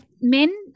Men